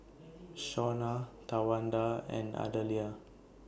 Shawna Towanda and Adelia